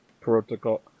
Protocol